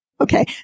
Okay